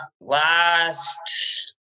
last